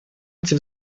эти